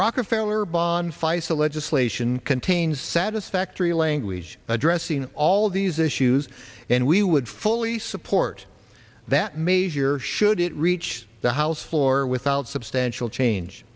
rockefeller bond faisel legislation contains satisfactory language addressing all of these issues and we would fully support that major should it reach the house floor without substantial change